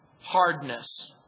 hardness